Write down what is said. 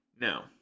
Now